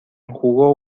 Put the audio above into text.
enjugó